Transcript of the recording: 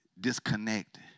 disconnect